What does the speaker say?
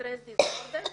stress disorder,